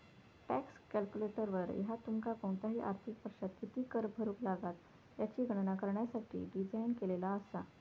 tax calculator ह्या तुमका कोणताही आर्थिक वर्षात किती कर भरुक लागात याची गणना करण्यासाठी डिझाइन केलेला असा